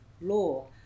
law